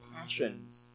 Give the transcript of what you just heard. passions